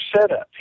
setup